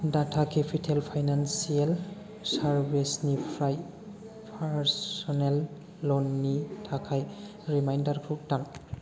data capital financial service निफ्राय personal ल'ननि थाखाय रिमाइन्दारखौ दान